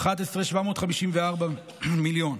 11 מיליון ו-754,000,